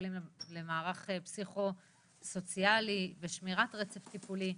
מטופלים למערך פסיכו סוציאלי ושמירת רצף טיפולי,